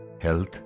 health